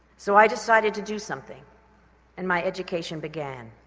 so i decided to do something and my education began.